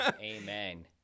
amen